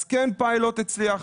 כן פיילוט הצליח,